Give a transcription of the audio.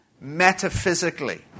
metaphysically